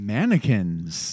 Mannequins